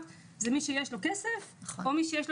מי שיכול לקבל את הטיפול באמצעות אומנויות,